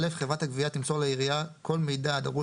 חברת הגבייה תמסור לעירייה כל מידע הדרוש